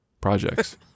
projects